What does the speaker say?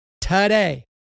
today